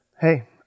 Hey